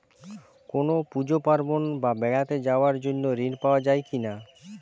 কোনো পুজো পার্বণ বা বেড়াতে যাওয়ার জন্য ঋণ পাওয়া যায় কিনা?